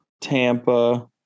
Tampa